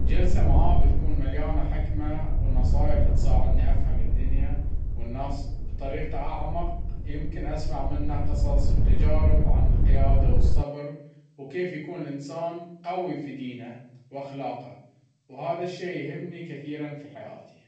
جلسة معاه بتكون مليانة حكمة ونصايح تساعدني أفهم الدنيا والناس بطريقة أعمق. يمكن أسمع منه قصص وتجارب عن القيادة والصبر وكيف يكون الإنسان قوي في دينه وأخلاقه، وهذا الشي يهمني كثير في حياتي.